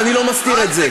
ואני לא מסתיר את זה.